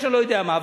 אני לא יודע למה.